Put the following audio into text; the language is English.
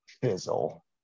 Fizzle